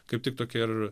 kaip tik tokia ir